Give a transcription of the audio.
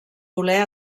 voler